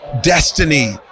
destiny